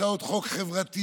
הצעות חוק חברתיות,